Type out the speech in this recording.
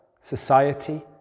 society